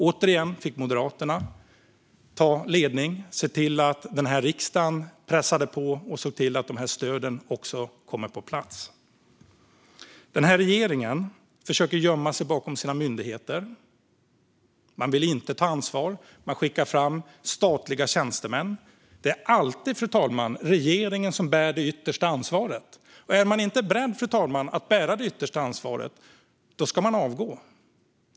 Återigen fick Moderaterna ta ledningen. Vi såg till att riksdagen pressade på för att stöden skulle komma på plats. Regeringen försöker gömma sig bakom sina myndigheter. Man vill inte ta ansvar. Man skickar fram statliga tjänstemän. Det är alltid regeringen som bär det yttersta ansvaret, fru talman. Är man inte beredd att bära det yttersta ansvaret ska man avgå.